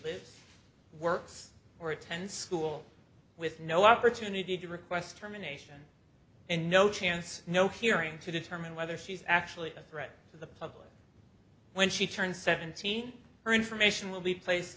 lives works or attend school with no opportunity to request terminations and no chance no hearing to determine whether she's actually a threat to the public when she turned seventeen or information will be placed